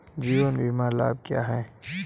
जीवन बीमा लाभ क्या हैं?